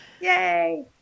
Yay